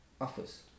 offers